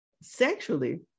Sexually